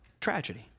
Tragedy